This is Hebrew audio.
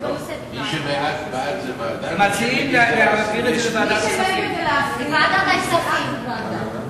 מציעים להעביר את זה לוועדת הכספים.